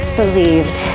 believed